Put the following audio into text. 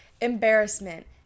embarrassment